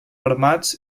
armats